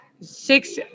six